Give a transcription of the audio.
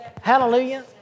Hallelujah